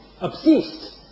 obsessed